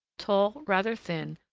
tall, rather thin,